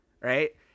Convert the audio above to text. right